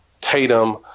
Tatum